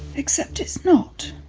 except it's not.